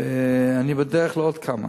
ואני בדרך לעוד כמה.